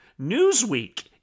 Newsweek